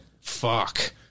fuck